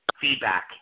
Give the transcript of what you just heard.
Feedback